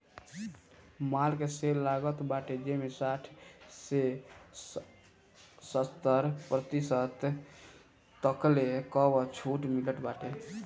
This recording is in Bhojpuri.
माल में सेल लागल बाटे जेमें साठ से सत्तर प्रतिशत तकले कअ छुट मिलत बाटे